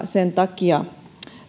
sen takia